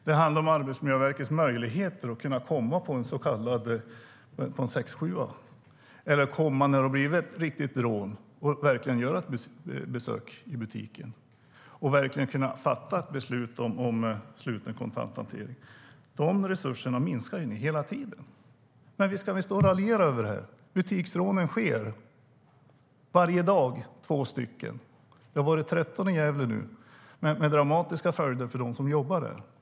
Det handlar om Arbetsmiljöverkets möjligheter att komma på en så kallad 6:7 eller göra besök i butiken när det har varit rån och fatta beslut om sluten kontanthantering. Dessa resurser minskar ni hela tiden. Visst kan vi raljera över detta. Det sker två butiksrån varje dag. Det har varit 13 i Gävle, med dramatiska följder för dem som jobbar där.